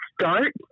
start